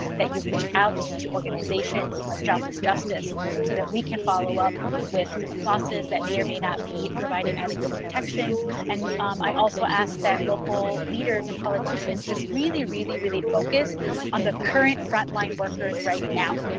that you reach out to organizations like jobs with justice so that we can follow up with bosses that may or may not be providing adequate protections. and i also ask that local leaders and politicians just really, really, really focus on the current frontline workers right now.